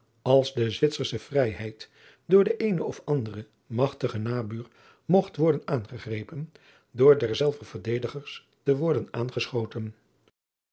als de zwitsersche vrijheid door den eenen of anderen magtigen nabuur mogt worden aangegrepen door derzelver verdedigers te worden aangeschoten